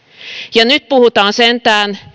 ja nyt puhutaan sentään